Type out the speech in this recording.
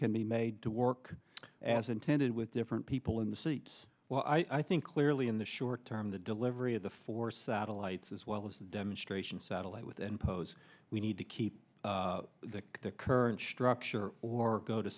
can be made to work as intended with different people in the seats i think clearly in the short term the delivery of the four satellites as well as demonstration satellite with and pose we need to keep the current structure or go to